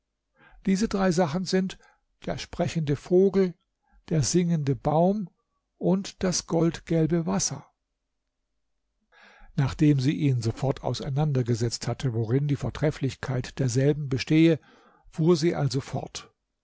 diese drei sachen sind der sprechende vogel der singende baum und das goldgelbe wasser nachdem sie ihnen sofort auseinandergesetzt hatte worin die vortrefflichkeit derselben bestehe fuhr sie also fort